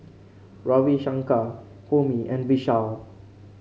Ravi Shankar Homi and Vishal